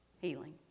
healing